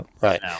right